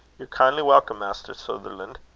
ye're kindly welcome, maister sutherlan'.